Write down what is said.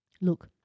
look